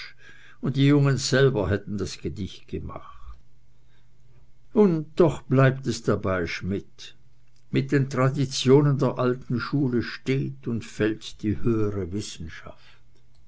und die jungens selber hätten das gedicht gemacht und doch bleibt es dabei schmidt mit den traditionen der alten schule steht und fällt die höhere wissenschaft